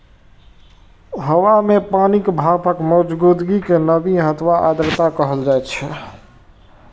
हवा मे पानिक भापक मौजूदगी कें नमी अथवा आर्द्रता कहल जाइ छै